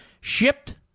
Shipped